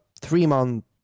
three-month